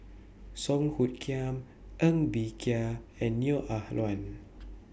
Song Hoot Kiam Ng Bee Kia and Neo Ah Luan